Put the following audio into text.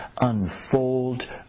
unfold